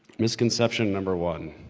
misconception number one,